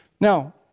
Now